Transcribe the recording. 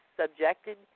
subjected